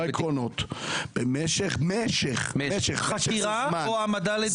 עקרונות במשך זמן הטיפול --- חקירה או העמדה לדין?